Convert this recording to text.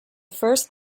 first